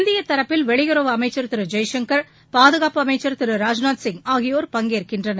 இந்திய தரப்பில் வெளியுறவு அமைச்சர் திரு ஜெய்சங்கர் பாதுகாப்பு அமைச்சர் திரு ராஜ்நாத் சிங் ஆகியோர் பங்கேற்கின்றனர்